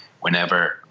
whenever